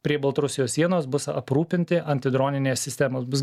prie baltarusijos sienos bus aprūpinti antidroninės sistemos bus